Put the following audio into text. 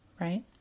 right